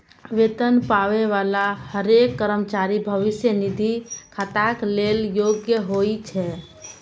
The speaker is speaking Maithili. वेतन पाबै बला हरेक कर्मचारी भविष्य निधि खाताक लेल योग्य होइ छै